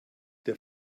der